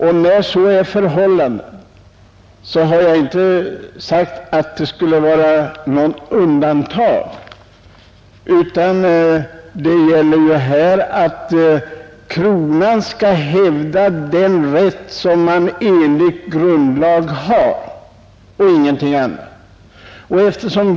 Jag har inte sagt att detta skulle vara något undantag utan det gäller ju här att kronan skall hävda den rätt som kronan enligt grundlag har, och ingenting annat.